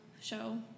show